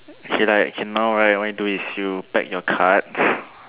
as in like as in now right what you do is you pack your cards